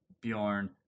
Bjorn